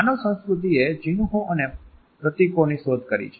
માનવ સંસ્કૃતિએ ચિન્હો અને પ્રતીકોની શોધ કરી છે